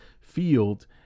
field